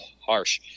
Harsh